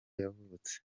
yavutse